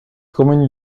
communes